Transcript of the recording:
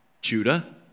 Judah